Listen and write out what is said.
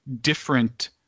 different